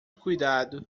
cuidado